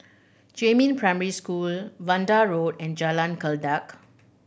Jiemin Primary School Vanda Road and Jalan Kledek